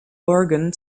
organ